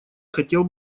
хотел